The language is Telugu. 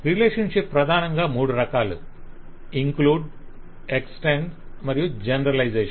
రిలేషన్షిప్స్ ప్రధానంగా 3 రకాలు ఇంక్లూడ్ ఎక్స్టెండ్ మరియు జనరలైజషన్